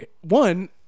one